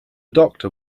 doctor